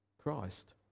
christ